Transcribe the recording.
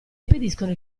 impediscono